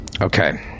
Okay